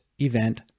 event